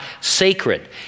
sacred